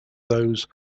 those